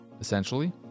essentially